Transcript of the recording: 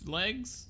legs